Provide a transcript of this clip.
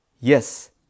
yes